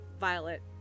Violet